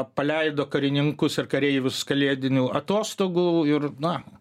paleido karininkus ir kareivius kalėdinių atostogų ir na